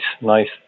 nice